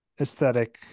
aesthetic